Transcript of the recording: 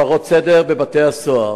הפרות סדר בבתי-הסוהר,